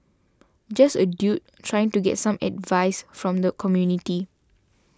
just a dude trying to get some advice from the community